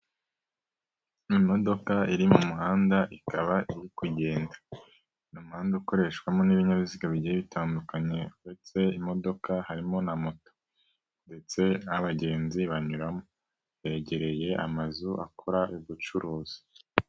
Imodoka iri mu muhanda ikaba iri kugenda, ni umuhanda ukoreshwamo n'ibinyabiziga bigiye bitandukanye uretse imodoka harimo na moto ndetse n'abagenzi banyuramo, begereye amazu akora ubucuruzi.